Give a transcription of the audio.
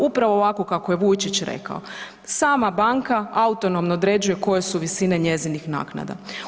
Upravo ovako kako je Vujčić rekao, sama banka autonomno određuje koje su visine njezinih naknada.